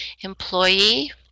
employee